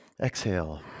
exhale